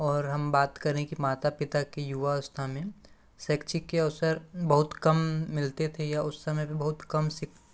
और हम बात करें कि माता पिता की युवास्था में शैक्षिक के अवसर बहुत कम मिलते थे या उस समय भी बहुत कम